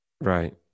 Right